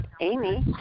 Amy